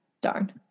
Darn